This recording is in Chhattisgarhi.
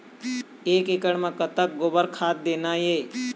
एक एकड़ म कतक गोबर खाद देना ये?